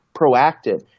proactive